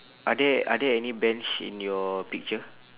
are there are there any bench in your picture